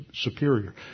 superior